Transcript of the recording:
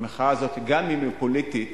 המחאה הזאת, גם אם היא פוליטית,